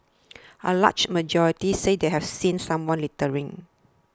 a large majority said they have seen someone littering